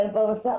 אין פרנסה,